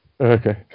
Okay